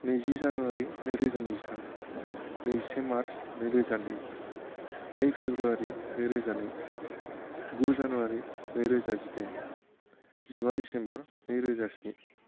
नैजि जानुवारि नैरोजा नैजिथाम नैजिसे मार्च नैरोजा नै नै फेब्रुवारि नैरोजा नै गु जानुवारि नैरोजा जिदाइन जिबा दिसेम्बर नैरोजा स्नि